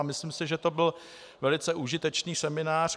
Myslím si, že to byl velice užitečný seminář.